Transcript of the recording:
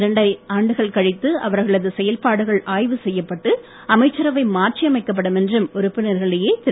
இரண்டரை ஆண்டுகள் கழித்து அவர்களது செயல்பாடுகள் ஆய்வு செய்யப்பட்டு அமைச்சரவை மாற்றி அமைக்கப்படும் என்றும் உறுப்பினர்களிடையே திரு